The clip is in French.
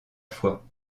foi